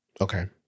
okay